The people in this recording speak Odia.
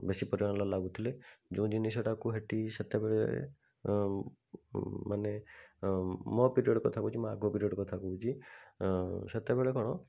ବେଶୀ ପରିମାଣରେ ଲାଗୁଥିଲେ ଯଉ ଜିନିଷକୁ ଏଇଠି ସେତେବେଳେ ମାନେ ମୋ ପିରିଅଡ଼୍ କଥା କହୁଛି ମୋ ଆଗ ପିରିଅଡ଼୍ କଥା କହୁଛି ସେତେବେଳେ କ'ଣ